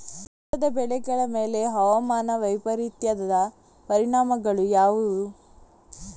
ತೋಟದ ಬೆಳೆಗಳ ಮೇಲೆ ಹವಾಮಾನ ವೈಪರೀತ್ಯದ ಪರಿಣಾಮಗಳು ಯಾವುವು?